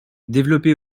développée